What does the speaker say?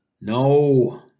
No